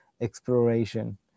exploration